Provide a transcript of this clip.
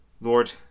Lord